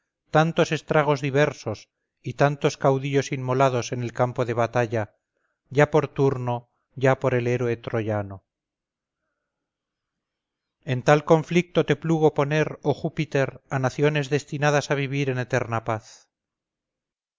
tantos estragos diversos y tantos caudillos inmolados en el campo de batalla ya por turno ya por el héroe troyano en tal conflicto te plugo poner oh júpiter a naciones destinadas a vivir en eterna paz